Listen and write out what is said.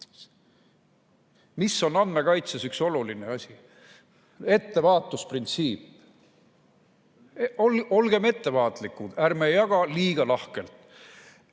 Mis on andmekaitses üks oluline asi? Ettevaatusprintsiip. Olgem ettevaatlikud, ärme jagame liiga lahkelt!